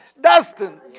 Dustin